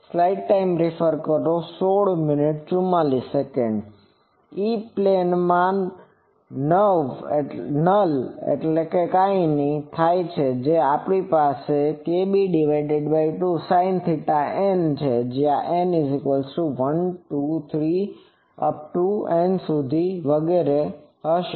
ઇ plane માં null થાય છે જ્યારે આપણી પાસે kb2sinθn જ્યાં n1 2 3 વગેરે છે